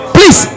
Please